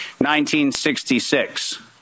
1966